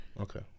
Okay